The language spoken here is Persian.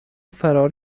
فرار